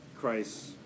Christ